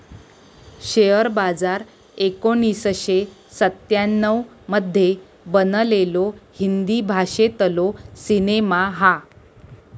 share बाजार एकोणीसशे सत्त्याण्णव मध्ये बनलेलो हिंदी भाषेतलो सिनेमा हा